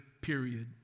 period